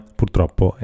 purtroppo